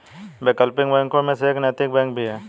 वैकल्पिक बैंकों में से एक नैतिक बैंक भी है